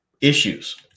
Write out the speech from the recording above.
issues